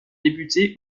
débuté